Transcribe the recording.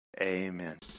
Amen